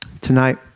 Tonight